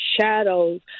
shadows